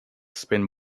spin